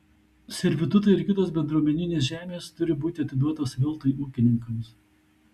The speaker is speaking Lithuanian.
servitutai ir kitos bendruomeninės žemės turi būti atiduotos veltui ūkininkams